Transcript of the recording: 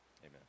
Amen